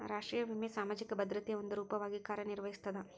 ರಾಷ್ಟ್ರೇಯ ವಿಮೆ ಸಾಮಾಜಿಕ ಭದ್ರತೆಯ ಒಂದ ರೂಪವಾಗಿ ಕಾರ್ಯನಿರ್ವಹಿಸ್ತದ